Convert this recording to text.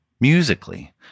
musically